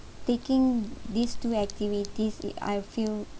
taking these two activities it I feel